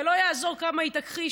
ולא יעזור כמה היא תכחיש,